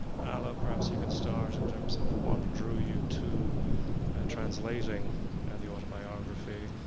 ala, perhaps you can start in terms of what drew you to translating the autobiography,